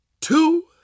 two